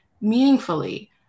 meaningfully